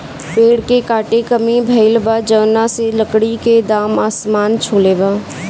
पेड़ के काटे में कमी भइल बा, जवना से लकड़ी के दाम आसमान छुले बा